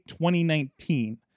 2019